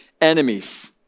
enemies